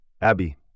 Abby